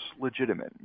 legitimate